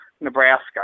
Nebraska